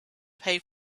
pay